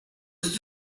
ist